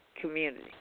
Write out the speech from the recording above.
community